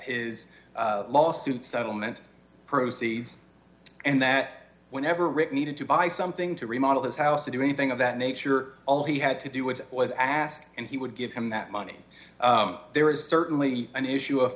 his lawsuit settlement proceeds and that whenever rick needed to buy something to remodel his house to do anything of that nature all he had to do it was ask and he would give him that money there is certainly an issue of